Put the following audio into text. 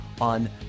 on